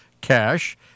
Cash